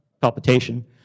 palpitation